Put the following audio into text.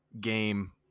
game